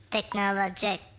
Technologic